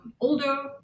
older